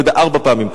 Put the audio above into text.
עומד ארבע פעמים.